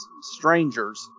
strangers